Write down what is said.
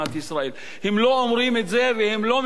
הם לא אומרים את זה והם לא מעוניינים בזה,